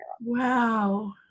Wow